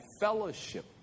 fellowship